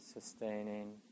sustaining